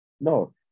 No